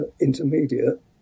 intermediate